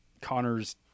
Connor's